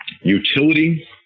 utility